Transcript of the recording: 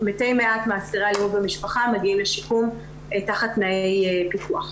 מתי מעט מאסירי אלימות במשפחה מגיעים לשיקום תחת תנאי פיקוח.